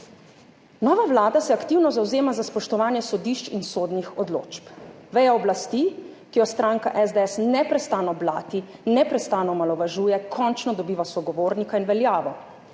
Nova vlada se aktivno zavzema za spoštovanje sodišč in sodnih odločb. Veja oblasti, ki jo stranka SDS neprestano blati, neprestano omalovažuje, končno dobiva sogovornika in veljavo.